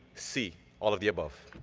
c, all of the above.